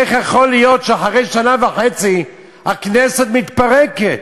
איך יכול להיות שאחרי שנה וחצי הכנסת מתפרקת?